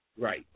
Right